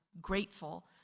grateful